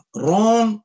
wrong